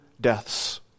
deaths